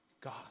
God